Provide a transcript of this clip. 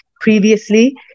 previously